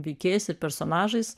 veikėjais ir personažais